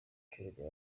abaturage